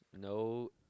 No